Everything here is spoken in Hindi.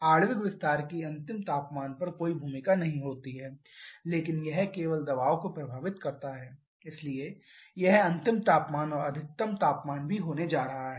आणविक विस्तार की अंतिम तापमान पर कोई भूमिका नहीं होती है लेकिन यह केवल दबाव को प्रभावित करता है इसलिए यह अंतिम तापमान या अधिकतम तापमान भी होने जा रहा है